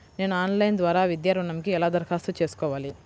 నేను ఆన్లైన్ ద్వారా విద్యా ఋణంకి ఎలా దరఖాస్తు చేసుకోవాలి?